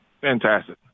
Fantastic